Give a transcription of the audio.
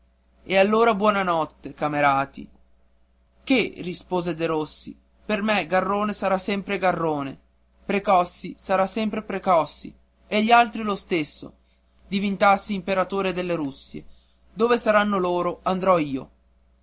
e allora buona notte camerati che rispose derossi per me garrone sarà sempre garrone precossi sarà sempre precossi e gli altri lo stesso diventassi imperatore delle russie dove saranno loro andrò io